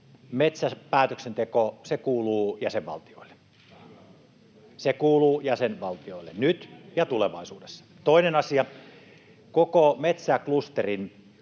metsäpäätöksenteko kuuluu jäsenvaltioille — se kuuluu jäsenvaltioille nyt ja tulevaisuudessa. Toinen asia: Koko metsäklusterin